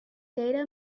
data